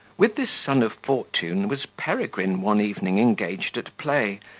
with this son of fortune was peregrine one evening engaged at play,